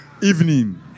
Evening